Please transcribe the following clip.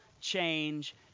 change